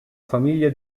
famiglia